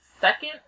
second